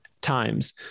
times